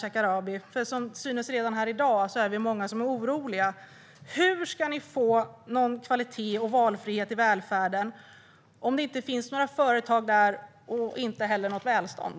Därför frågar jag statsrådet Ardalan Shekarabi: Hur ska ni få kvalitet och valfrihet i välfärden om det inte finns några företag där och inte heller något välstånd?